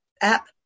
app